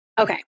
Okay